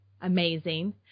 Amazing